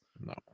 No